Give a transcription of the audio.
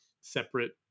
separate